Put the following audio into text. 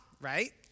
right